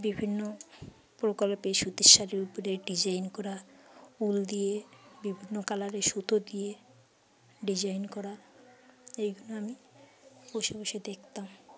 বিভিন্ন প্রকল্পে সুতির শাড়ির উপরে ডিজাইন করা উল দিয়ে বিভিন্ন কালারে সুতো দিয়ে ডিজাইন করা এইগুলো আমি বসে বসে দেখতাম